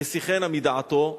יסיחנה מדעתו.